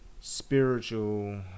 spiritual